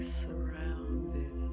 surrounded